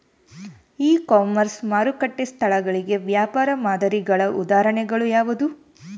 E commerce ಮಾರುಕಟ್ಟೆ ಸ್ಥಳಗಳಿಗೆ ವ್ಯಾಪಾರ ಮಾದರಿಗಳ ಉದಾಹರಣೆಗಳು ಯಾವುವು?